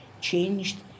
changed